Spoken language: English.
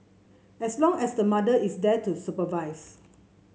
as long as the mother is there to supervise